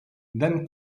then